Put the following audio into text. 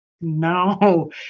no